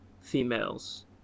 females